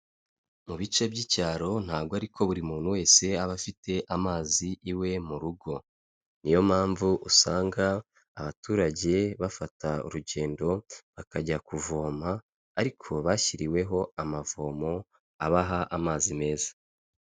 Mu bice by'icyaro ntabwo ari ko buri muntu wese aba afite amazi iwe mu rugo, niyo mpamvu usanga abaturage bafata urugendo bakajya kuvoma, ariko bashyiriweho amavomo abaha amazi meza.